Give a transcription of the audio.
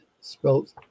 spelt